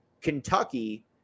Kentucky